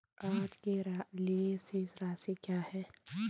आज के लिए शेष राशि क्या है?